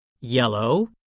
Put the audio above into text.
yellow